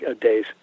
days